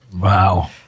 Wow